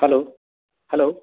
hello hello